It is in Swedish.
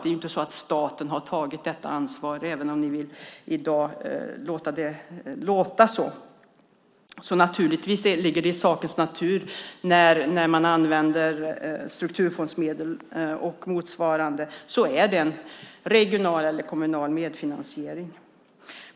Det är inte så att staten har tagit detta ansvar, även om ni i dag får det att låta så. När man använder strukturfondsmedel och motsvarande handlar det naturligtvis om regional eller kommunal medfinansiering.